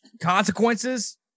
consequences